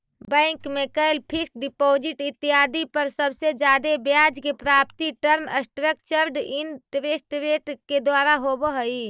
bank में कैल fixed deposit इत्यादि पर सबसे जादे ब्याज के प्राप्ति टर्म स्ट्रक्चर्ड इंटरेस्ट रेट के द्वारा होवऽ हई